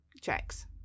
checks